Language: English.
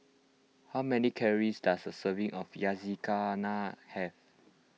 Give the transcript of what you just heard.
how many calories does a serving of Yakizakana have